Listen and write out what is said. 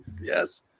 Yes